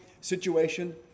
situation